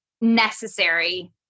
necessary